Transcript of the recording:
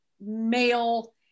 male